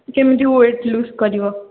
କେମିତି weight lose କରିବ